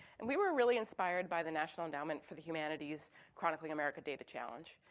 and we were really inspired by the national endowment for the humanities' chronicling america data challenge.